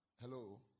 Hello